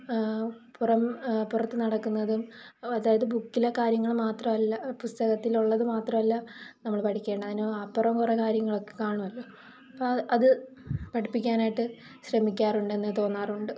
പുറം പുറത്ത് നടക്കുന്നതും അതായത് ബുക്കിലെ കാര്യങ്ങള് മാത്രല്ല പുസ്തകത്തിലുള്ളത് മാത്രല്ല നമ്മള് പഠിക്കേണ്ടത് അതിന് അപ്പുറം കുറേ കാര്യങ്ങളൊക്കെ കാണുമല്ലൊ അപ്പോൾ അത് പഠിപ്പിക്കാനായിട്ട് ശ്രമിക്കാറുണ്ടെന്നു തോന്നാറുണ്ട്